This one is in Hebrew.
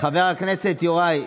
חבר הכנסת יוראי,